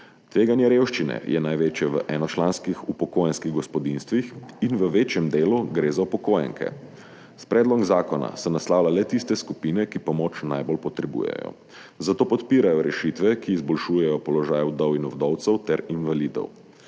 Tveganje revščine je največje v enočlanskih upokojenskih gospodinjstvih in v večjem delu gre za upokojenke. S predlogom zakona se naslavlja le tiste skupine, ki pomoč najbolj potrebujejo, zato podpirajo rešitve, ki izboljšujejo položaj vdov in vdovcev ter invalidov.